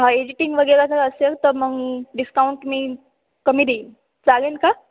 editing वगैरे जर असेल तर मग डिस्काउंट मी कमी देईन चालेल का